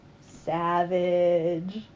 Savage